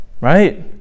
Right